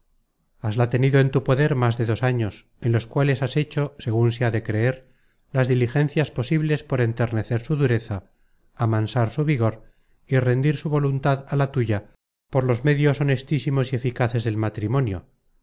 hasla tenido en tu poder más de dos años en los cuales has hecho segun se ha de creer las diligencias posibles por enternecer su dureza amansar su rigor y rendir su voluntad á la tuya por los medios honestísimos y eficaces del matrimonio